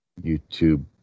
YouTube